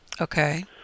Okay